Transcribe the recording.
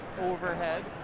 overhead